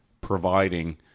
providing